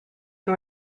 who